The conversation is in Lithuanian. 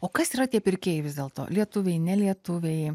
o kas yra tie pirkėjai vis dėlto lietuviai nelietuviai